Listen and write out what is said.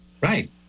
Right